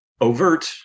overt